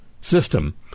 system